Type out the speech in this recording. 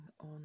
on